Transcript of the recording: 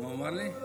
מה הוא אמר לי?